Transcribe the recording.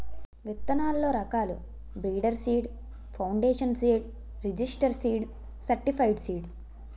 విత్తనాల్లో రకాలు breeder seed, foundation seed, registered seed, certified seed